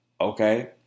Okay